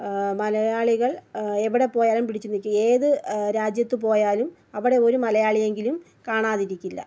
മലയാളികൾ എവിടെപ്പോയാലും പിടിച്ചുനിൽക്കുക ഏത് രാജ്യത്ത് പോയാലും അവിടെ ഒരു മലയാളിയെങ്കിലും കാണാതിരിക്കില്ല